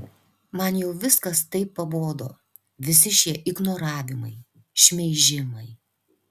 man jau viskas taip pabodo visi šie ignoravimai šmeižimai